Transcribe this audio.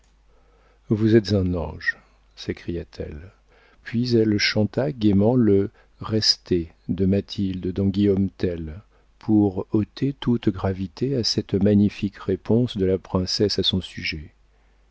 vous êtes un ange s'écria-t-elle puis elle chanta gaiement le restez de mathilde dans guillaume tell pour ôter toute gravité à cette magnifique réponse de la princesse à son sujet